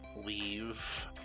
leave